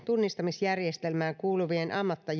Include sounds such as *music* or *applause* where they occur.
*unintelligible* tunnustamisjärjestelmään kuuluvien